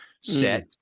set